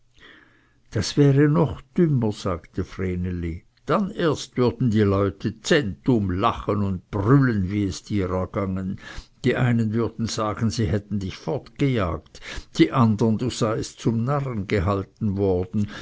das wäre noch dümmer sagte vreneli dann erst würden die leute zentum lachen und brüllen wie es dir ergangen die einen würden sagen sie hätten dich fortgejagt die andern du seiest zum narren gehalten worden